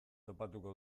topatuko